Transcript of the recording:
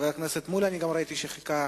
אנחנו עוברים לשאילתות לשר התקשורת.